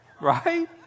Right